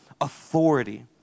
authority